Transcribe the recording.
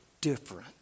different